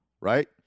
Right